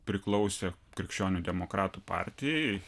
priklausė krikščionių demokratų partijai